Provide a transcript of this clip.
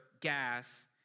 gas